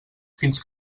fins